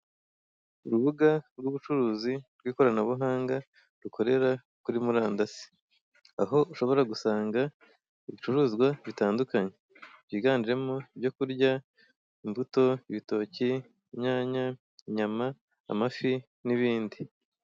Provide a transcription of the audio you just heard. Urubuga rw'ubucuruzi rw'ikoranabuhanga rukorera kuri murandasi aho ushobora gusanga ibicuruzwa bitandukanye byiganjemo ibyokurya imbuto ibitoki inyanya inyama amafi n'ibindi.